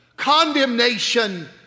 condemnation